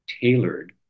tailored